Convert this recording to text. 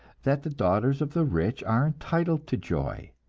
that the daughters of the rich are entitled to joy,